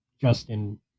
Justin